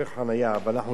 ואנחנו יודעים את המחירים,